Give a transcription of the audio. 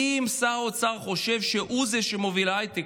אם שר האוצר חושב שהוא זה שמוביל את ההייטק,